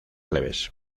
leves